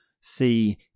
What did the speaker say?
see